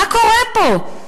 מה קורה פה?